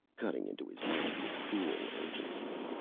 cutting into his mind with cruel urgency.